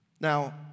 Now